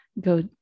go